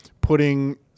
putting